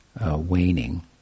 waning